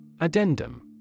Addendum